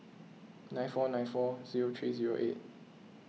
nine four nine four zero three zero eight